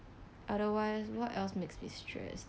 otherwise what else makes me stressed